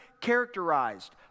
characterized